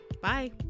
bye